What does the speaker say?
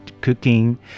cooking